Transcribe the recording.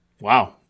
Wow